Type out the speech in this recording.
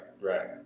right